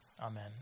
Amen